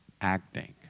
acting